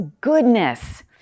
goodness